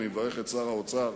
אני מברך את שר האוצר